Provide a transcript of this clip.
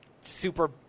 super